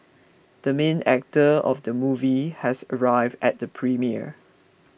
the main actor of the movie has arrived at the premiere